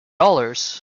dollars